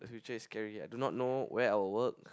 future is scary do not know where I'll work